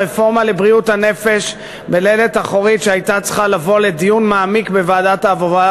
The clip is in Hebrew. של הרפורמה לבריאות הנפש שהייתה צריכה לבוא לדיון מעמיק בוועדת העבודה,